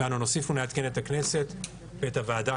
ואנו נוסיף ונעדכן את הכנסת ואת הוועדה,